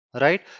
Right